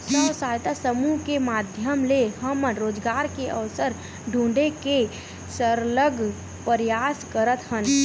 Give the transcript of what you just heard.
स्व सहायता समूह के माधियम ले हमन रोजगार के अवसर ढूंढे के सरलग परयास करत हन